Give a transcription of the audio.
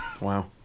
Wow